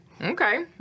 Okay